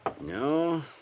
No